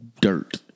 dirt